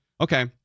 Okay